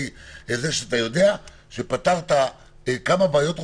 אתה יודע שפתרת כמה בעיות רוחביות.